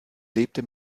lebte